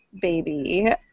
baby